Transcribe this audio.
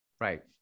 Right